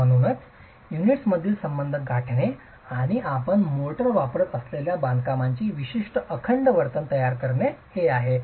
म्हणूनच युनिट्समधील संबंध गाठणे आणि आपण मोर्टार वापरत असलेल्या बांधकामाची विशिष्ट अखंड वर्तन तयार करणे हे आहे